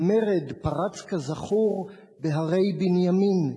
המרד פרץ כזכור בהרי בנימין,